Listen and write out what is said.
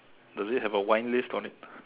does it have a wine list on it